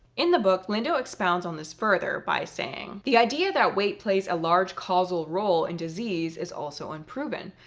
in the book lindo expounds on this further by saying, the idea that weight plays a large causal role in disease is also unproven.